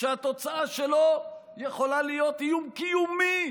שהתוצאה שלו יכולה להיות איום קיומי